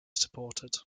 supported